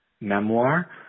memoir